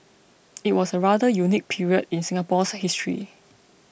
it was a rather unique period in Singapore's history